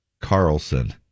Carlson